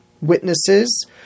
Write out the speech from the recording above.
witnesses